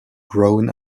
grown